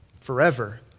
forever